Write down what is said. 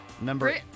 Number